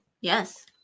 Yes